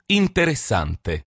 interessante